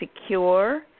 secure